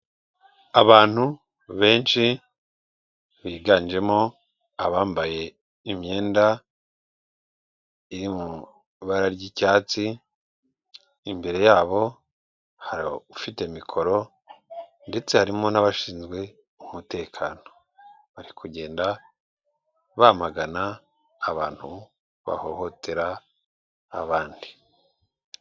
Abantu benshi biganjemo abambaye imyenda iri mu ibara ry'icyatsi, imbere yabo hari ufite mikoro ndetse harimo n'abashinzwe umutekano, bari kugenda bamagana abantu bahohotera abandi.